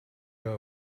you